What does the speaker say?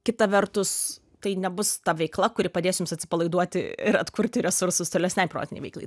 kita vertus tai nebus ta veikla kuri padės jums atsipalaiduoti ir atkurti resursus tolesnei protinei veiklai